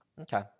Okay